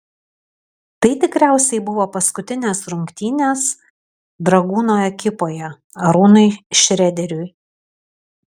tai tikriausiai buvo paskutinės rungtynės dragūno ekipoje arūnui šrederiui